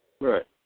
Right